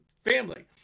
family